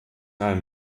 einem